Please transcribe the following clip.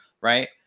Right